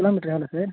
kilometre எவ்வளோ sir